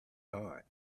heart